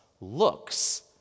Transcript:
looks